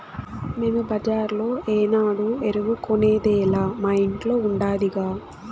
మేము బజార్లో ఏనాడు ఎరువు కొనేదేలా మా ఇంట్ల ఉండాదిగా